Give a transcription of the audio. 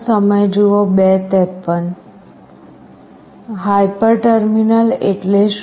hyper terminal એટલે શું